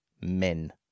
men